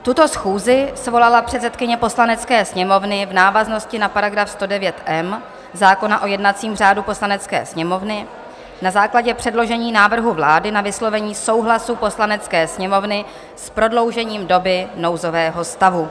Tuto schůzi svolala předsedkyně Poslanecké sněmovny v návaznosti na § 109m zákona o jednacím řádu Poslanecké sněmovny na základě předložení návrhu vlády na vyslovení souhlasu Poslanecké sněmovny s prodloužením doby nouzového stavu.